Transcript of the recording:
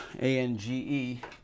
A-N-G-E